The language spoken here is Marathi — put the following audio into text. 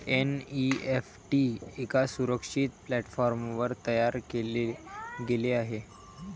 एन.ई.एफ.टी एका सुरक्षित प्लॅटफॉर्मवर तयार केले गेले आहे